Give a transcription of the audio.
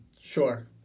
Sure